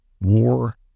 war